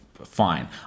fine